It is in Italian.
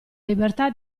libertà